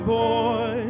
boy